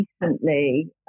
recently